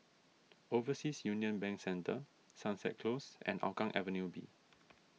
Overseas Union Bank Centre Sunset Close and Hougang Avenue B